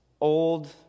old